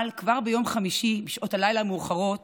אבל כבר ביום חמישי בשעות הלילה המאוחרות